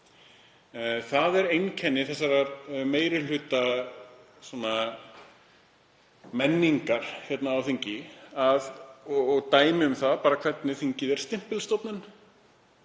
Það er einkenni meirihlutamenningarinnar hérna á þingi og dæmi um það hvernig þingið er stimpilstofnun.